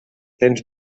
temps